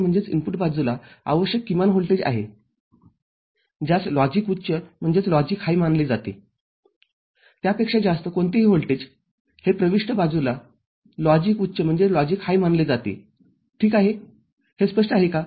VIH हे प्रविष्ट बाजूला आवश्यक किमान व्होल्टेज आहे ज्यास लॉजिक उच्च मानले जाते त्यापेक्षा जास्त कोणतेही व्होल्टेज हे प्रविष्ट बाजूला लॉजिक उच्च मानले जाते ठीक आहे हे स्पष्ट आहे का